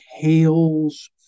tales